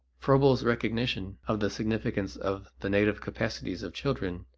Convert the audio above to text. froebel's recognition of the significance of the native capacities of children,